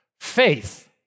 Faith